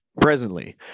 presently